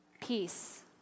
peace